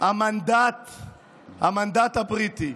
המנדט הבריטי.